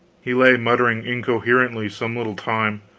he lay muttering incoherently some little time